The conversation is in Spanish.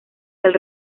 del